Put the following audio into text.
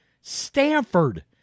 Stanford